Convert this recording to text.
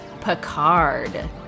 Picard